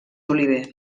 oliver